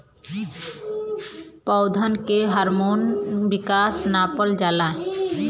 पौधन के हार्मोन विकास नापल जाला